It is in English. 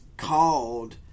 Called